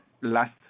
last